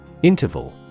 Interval